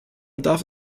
darf